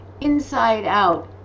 inside-out